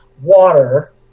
water